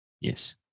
Yes